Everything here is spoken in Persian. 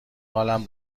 حالم